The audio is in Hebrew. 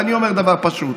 ואני אומר דבר פשוט: